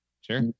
sure